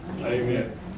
amen